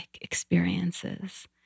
experiences